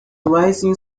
rising